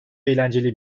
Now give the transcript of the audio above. eğlenceli